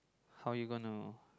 how you gonna